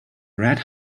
red